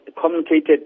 communicated